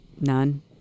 None